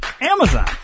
Amazon